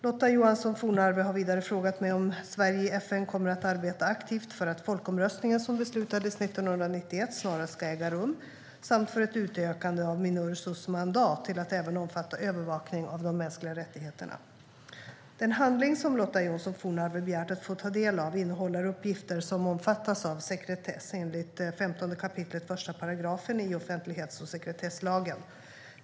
Lotta Johansson Fornarve har vidare frågat mig om Sverige i FN kommer att arbeta aktivt för att folkomröstningen som beslutades 1991 snarast ska äga rum samt för ett utökande av Minursos mandat till att även omfatta övervakning av de mänskliga rättigheterna. Den handling som Lotta Johnsson Fornarve begärt att få ta del av innehåller uppgifter som omfattas av sekretess enligt 15 kap. 1 § offentlighets och sekretesslagen.